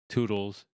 Toodles